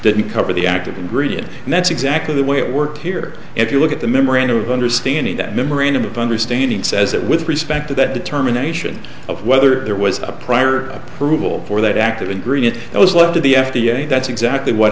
didn't cover the active ingredient and that's exactly the way it worked here if you look at the memorandum of understanding that memorandum of understanding says that with respect to that determination of whether there was a prior approval for that active ingredient it was left to the f d a that's exactly what